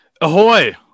Ahoy